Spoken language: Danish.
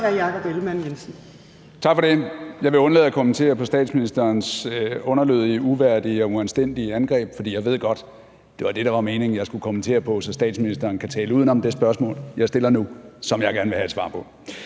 Tak for det. Jeg vil undlade at kommentere på statsministerens underlødige, uværdige og uanstændige angreb, fordi jeg ved godt, det var det, der var meningen jeg skulle kommentere på, så statsministeren kan tale uden om i forhold til det spørgsmål , jeg stiller nu, som jeg gerne vil have et svar på.